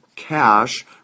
Cash